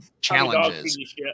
challenges